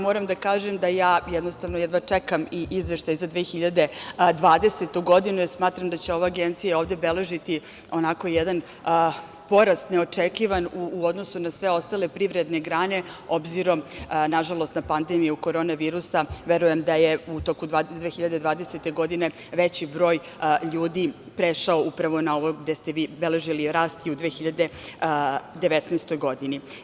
Moram da kažem da jedva čekam izveštaj za 2020. godinu, jer smatram da će ova agencija ovde beležiti onako jedan porast neočekivan u odnosu na sve ostale privredne grane, obzirom na pandemiju korona virusa, verujem da je u toku 2020. godine veći broj ljudi prešao upravo na ovo gde ste vi beležili rast u 2019. godini.